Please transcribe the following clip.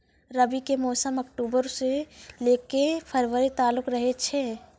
रबी के मौसम अक्टूबरो से लै के फरवरी तालुक रहै छै